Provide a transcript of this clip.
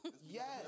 Yes